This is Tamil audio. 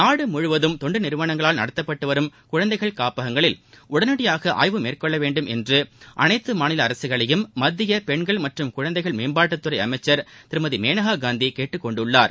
நாடு முழுவதும் தொண்டு நிறுவனங்களால் நடத்தப்பட்டு வரும் குழந்தைகள் காப்பகங்களில் உடனடியாக ஆய்வு மேற்கொள்ள வேண்டும் என்று அனைத்து மாநில அரசுகளையும் மத்திய பெண்கள் மற்றும் குழந்தைகள் மேம்பாட்டுத்துறை அமைச்சர் திருமதி மேனகா காந்தி கேட்டுக் கொண்டுள்ளார்